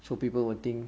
so people will think